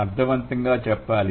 అర్థవంతంగా చెప్పాలి